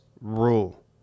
rule